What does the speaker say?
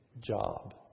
job